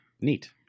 neat